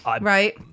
right